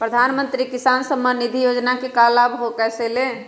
प्रधानमंत्री किसान समान निधि योजना का लाभ कैसे ले?